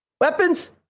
weapons